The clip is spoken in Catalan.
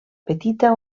petita